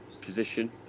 position